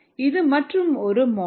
இது மற்றுமொரு மாடல்